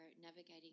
navigating